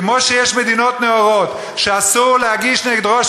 שכמו שיש מדינות נאורות ששם אסור להגיש נגד ראש